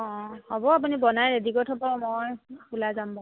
অঁ হ'ব আপুনি বনাই ৰেডি কৰি থ'ব মই ওলাই যাম বাৰু